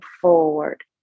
forward